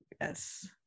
yes